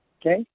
Okay